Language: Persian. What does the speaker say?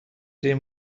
این